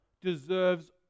deserves